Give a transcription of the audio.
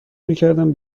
میکردم